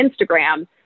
Instagram